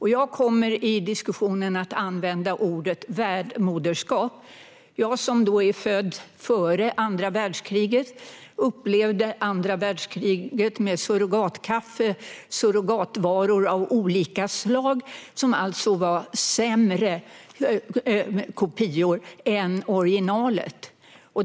I diskussionen kommer jag att använda ordet "värdmoderskap". Jag som är född före andra världskriget upplevde ett andra världskrig med surrogatkaffe och surrogatvaror av olika slag. De var sämre kopior av originalet.